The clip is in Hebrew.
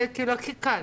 זה כאילו הכי קל.